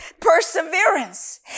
perseverance